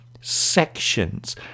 sections